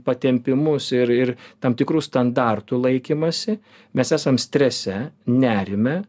patempimus ir ir tam tikrų standartų laikymąsi mes esam strese nerime